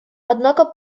однако